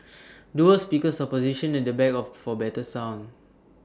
dual speakers are positioned at the back of for better sound